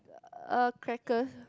a crackers